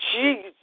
Jesus